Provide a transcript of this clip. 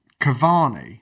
Cavani